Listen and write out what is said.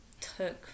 took